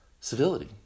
civility